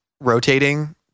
rotating